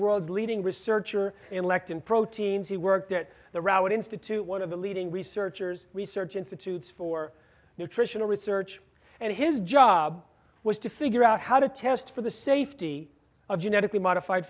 world's leading researcher elect and proteins he worked at the rabbit institute one of the leading researchers research institutes for nutritional research and his job was to figure out how to test for the safety of genetically modified